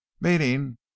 meaning